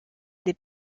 des